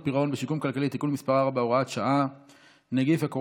פירעון ושיקום כלכלי (תיקון מס' 4,